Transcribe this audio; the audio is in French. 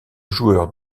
joueur